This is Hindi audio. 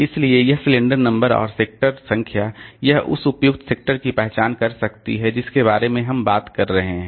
इसलिए यह सिलेंडर नंबर और सेक्टर संख्या यह उस उपयुक्त सेक्टर की पहचान कर सकती है जिसके बारे में हम बात कर रहे हैं